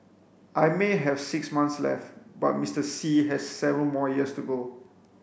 I may have six months left but Mr Xi has seven more years to go